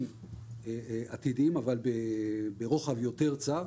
כבישים עתידיים אבל יותר צרים.